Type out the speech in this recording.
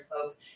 folks